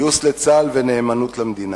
גיוס לצה"ל ונאמנות למדינה.